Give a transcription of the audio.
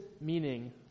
meaning